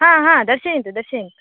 हा हा दर्शयन्तु दर्शयन्तु